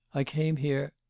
i came here.